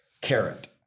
carrot